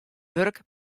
wurk